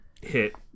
hit